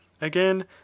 Again